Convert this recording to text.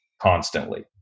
constantly